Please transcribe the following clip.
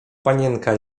panienka